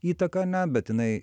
įtaką ane jinai